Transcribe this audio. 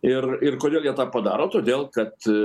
ir ir kodėl jie tą padaro todėl kad